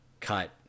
cut